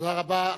תודה רבה.